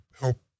help